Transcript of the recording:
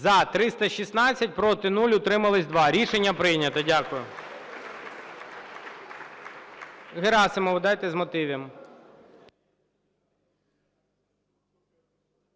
За-316 Проти – 0, утримались 2. Рішення прийнято. Дякую. Герасимову дайте з мотивів.